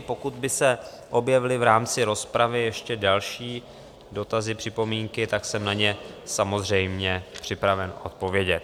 Pokud by se objevily v rámci rozpravy ještě další dotazy a připomínky, tak jsem na ně samozřejmě připraven odpovědět.